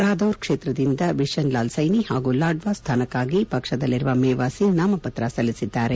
ರಾದೌರ್ ಕ್ಷೇತ್ರದಿಂದ ಬಿಷನ್ಲಾಲ್ ಸ್ನೆನಿ ಹಾಗೂ ಲಾಡ್ನಾ ಸ್ಲಾನಕ್ನಾಗಿ ಪಕ್ಷದಲ್ಲಿರುವ ಮೇವಾ ಸಿಂಗ್ ನಾಮಪತ್ರ ಸಲ್ಲಿಸಿದ್ದಾರೆ